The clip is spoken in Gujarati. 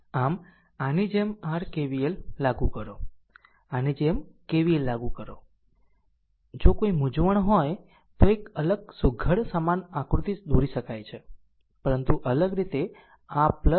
આમ આની જેમ r KVL લાગુ કરો આની જેમ KVL લાગુ કરો જો કોઈ મૂંઝવણ હોય તો તે એક અલગ સુઘડ સમાન આકૃતિ દોરી શકે છે પરંતુ અલગ રીતે